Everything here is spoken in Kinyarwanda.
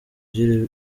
ugira